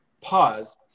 pause